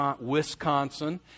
Wisconsin